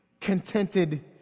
contented